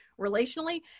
relationally